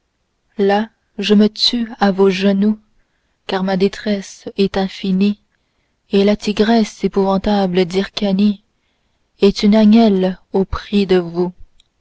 là je me tue à vos genoux car ma détresse est infinie et la tigresse épouvantable d'hyrcanie est une agnelle au prix de vous